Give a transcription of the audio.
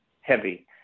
heavy